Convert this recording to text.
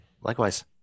Likewise